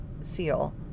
seal